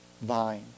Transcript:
vine